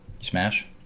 smash